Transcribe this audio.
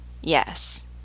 Yes